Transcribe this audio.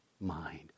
mind